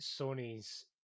sony's